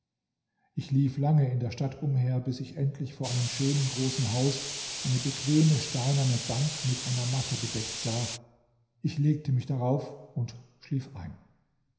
ich lief lange in der stadt umher bis ich endlich vor einem schönen großen haus eine bequeme steinerne bank mit einer matte bedeckt sah ich legte mich darauf und schlief ein